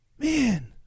Man